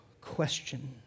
question